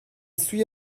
سوی